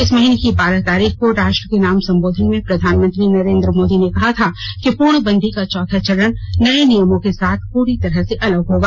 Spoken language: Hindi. इस महीने की बारह तारीख को राष्ट्र के नाम संबोधन में प्रधानमंत्री नरेन्द्र मोदी ने कहा था कि पूर्ण बंदी का चौथा चरण नये नियमों के साथ पुरी तरह से अलग होगा